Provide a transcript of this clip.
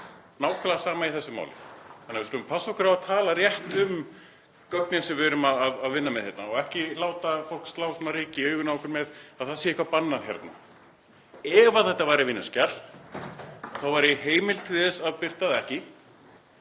nákvæmlega sama í þessu máli. Við skulum passa okkur á að tala rétt um gögnin sem við erum að vinna með hérna og ekki láta fólk slá ryki í augun á okkur varðandi það að það sé eitthvað bannað hérna. Ef þetta væri vinnuskjal þá væri heimild til að birta það ekki,